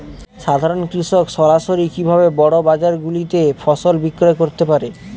সাধারন কৃষক সরাসরি কি ভাবে বড় বাজার গুলিতে ফসল বিক্রয় করতে পারে?